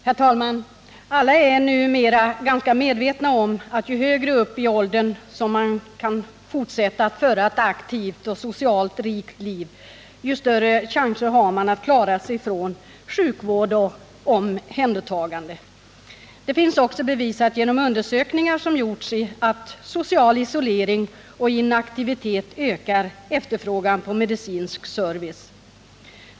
Herr talman! Alla är numera ganska medvetna om att ju högre upp i åldern man kan fortsätta att föra ett aktivt och socialt rikt liv, desto större chanser har man att klara sig från sjukvård och omhändertagande. Det är också bevisat genom undersökningar som gjorts att social isolering och inaktivitet ökar efterfrågan på medicinsk service.